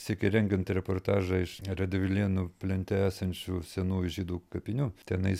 sykį rengiant reportažą iš radvilėnų plente esančių senųjų žydų kapinių tenais